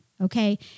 Okay